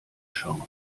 schauen